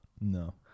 No